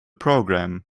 program